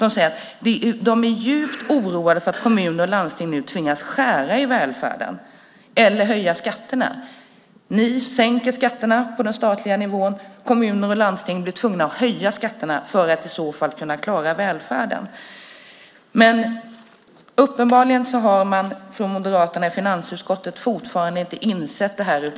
De säger att de är djupt oroade för att kommuner och landsting nu tvingas skära i välfärden eller höja skatterna. Ni sänker skatterna på den statliga nivån. Kommuner och landsting blir tvungna att höja skatterna för att i så fall kunna klara välfärden. Men uppenbarligen har man från Moderaterna i finansutskottet fortfarande inte insett det här.